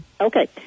okay